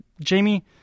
Jamie